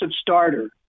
starter